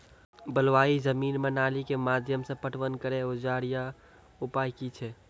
बलूआही जमीन मे नाली के माध्यम से पटवन करै औजार या उपाय की छै?